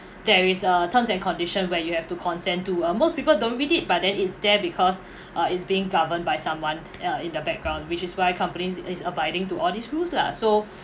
there is uh terms and condition where you have to consent to uh most people don't read it but then it's there because uh it's being governed by someone uh in the background which is why companies is is abiding to all these rules lah so